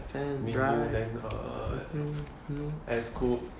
mingyu then err